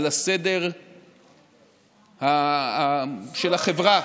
על הסדר של החברה.